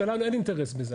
לנו אין אינטרס בזה.